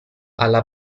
alla